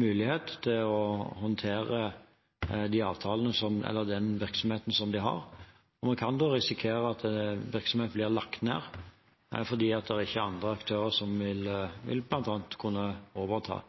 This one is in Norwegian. mulighet til å håndtere den virksomheten de har. Man kan da risikere at en virksomhet blir lagt ned fordi det ikke er andre aktører som vil kunne overta,